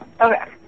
Okay